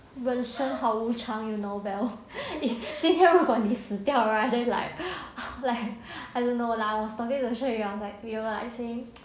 人生好无常 you know val 一天如果你现在死掉 right then like like I don't know lah I was talking to sheng yang like you know like I say